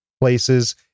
places